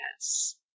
yes